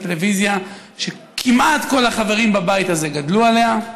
הטלוויזיה שכמעט כל החברים בבית הזה גדלו עליה,